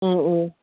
ꯎꯝ ꯎꯝ